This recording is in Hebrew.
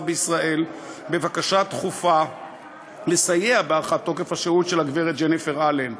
בישראל בבקשה דחופה לסייע בהארכת תוקף השהות של הגברת ג'ניפר אלן.